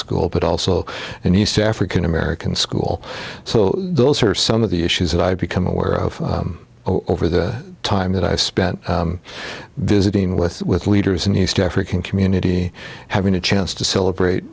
school but also an east african american school so those are some of the issues that i've become aware of over the time that i spent visiting with with leaders in east african community having a chance to celebrate